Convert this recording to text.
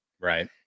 Right